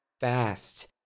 fast